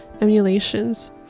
emulations